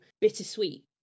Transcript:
bittersweet